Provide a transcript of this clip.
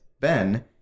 Ben